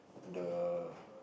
the